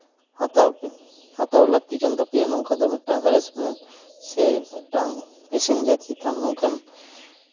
ᱦᱟᱛᱟᱣ ᱯᱮ ᱦᱟᱛᱟᱣ ᱞᱟᱹᱠᱛᱤ ᱠᱟᱱ ᱛᱟᱯᱮᱭᱟ ᱱᱚᱝᱠᱟ ᱫᱚ ᱢᱤᱫᱴᱟᱱ ᱦᱮᱨᱮᱥᱢᱮᱱ ᱥᱮ ᱢᱤᱫᱴᱟᱝ ᱯᱮᱥᱮᱧᱡᱟᱨ ᱪᱮᱛᱟᱱ ᱱᱚᱝᱠᱟᱱ